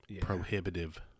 prohibitive